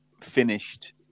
finished